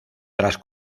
tras